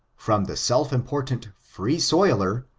from the self-important free-soiler,